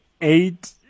eight